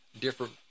different